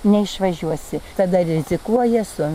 neišvažiuosi tada rizikuoja su